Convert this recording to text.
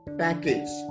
package